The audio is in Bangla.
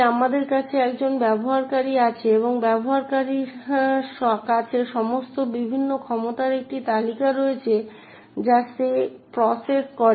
তাই আমাদের কাছে একজন ব্যবহারকারী আছে এবং এই ব্যবহারকারীর কাছে সমস্ত বিভিন্ন ক্ষমতার একটি তালিকা রয়েছে যা সে প্রসেস করে